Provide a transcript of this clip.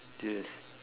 yes